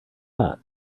that